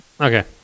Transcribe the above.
Okay